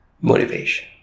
motivation